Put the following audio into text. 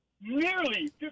nearly